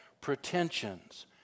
pretensions